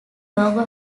logo